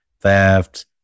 theft